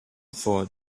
for